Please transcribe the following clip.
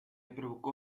provocó